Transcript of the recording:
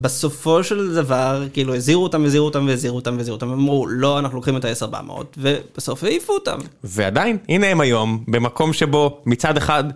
בסופו של דבר, כאילו, הזהירו אותם, הזהירו אותם, והזהירו אותם, והזהירו אותם. והם אמרו, "לא, אנחנו לוקחים את ה-AS/400, ובסוף העיפו אותם. - ועדיין, הנה הם היום, במקום שבו, מצד אחד...